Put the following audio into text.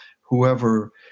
whoever